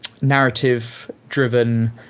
narrative-driven